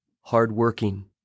hardworking